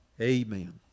Amen